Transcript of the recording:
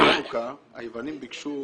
חנוכה, היוונים ביקשו